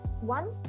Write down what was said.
One